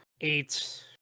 eight